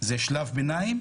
זה שלב ביניים,